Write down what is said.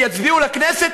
אני מציע,